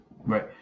Right